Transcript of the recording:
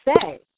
say